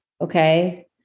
Okay